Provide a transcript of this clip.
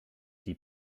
die